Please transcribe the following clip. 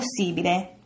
possibile